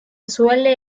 suele